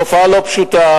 התופעה לא פשוטה.